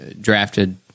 drafted